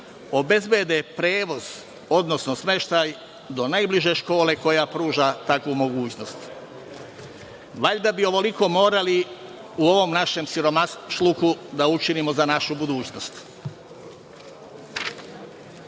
obezbede prevoz, odnosno smeštaj do najbliže škole koja pruža takvu mogućnost. Valjda bi ovoliko morali u ovom našem siromaštvu da učinimo za našu budućnost.